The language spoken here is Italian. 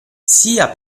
sia